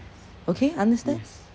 okay understand